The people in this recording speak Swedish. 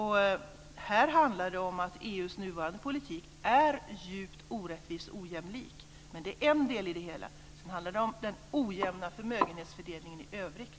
Här handlar det om att EU:s nuvarande politik är djupt orättvis och ojämlik, men det är bara en del i det hela. Sedan handlar det om den ojämna förmögenhetsfördelningen i övrigt.